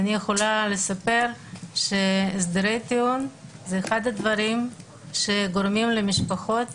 אני יכולה לספר שהסדרי טיעון זה אחד הדברים שגורמים למשפחות